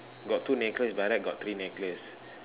got two necklace by right got three necklace